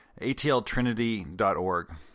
atltrinity.org